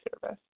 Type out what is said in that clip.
service